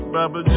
Baba